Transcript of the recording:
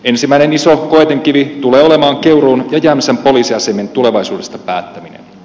ensimmäinen iso koetinkivi tulee olemaan keuruun ja jämsän poliisiasemien tulevaisuudesta päättäminen